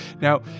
now